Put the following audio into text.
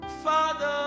Father